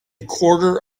quarter